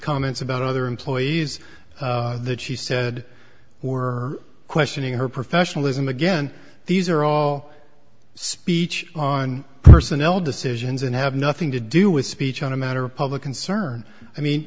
comments about other employees that she said were questioning her professionalism again these are all speech on personnel decisions and have nothing to do with speech on a matter of public concern i mean